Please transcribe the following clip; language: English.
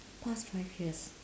past five years